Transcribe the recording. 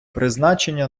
призначення